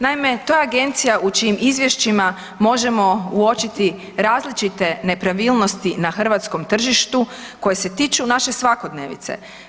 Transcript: Naime, to je agencija u čijim izvješćima možemo uočiti različite nepravilnosti na hrvatskom tržištu koje se tiču naše svakodnevice.